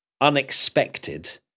unexpected